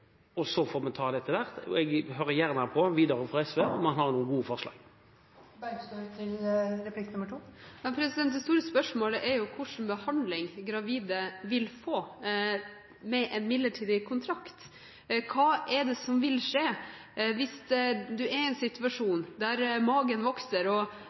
og så får vi ta det etter hvert. Jeg hører gjerne videre fra SV – om de har noen gode forslag. Det store spørsmålet er hvilken behandling gravide vil få med en midlertidig kontrakt. Hva er det som vil skje hvis man er i en situasjon der magen vokser og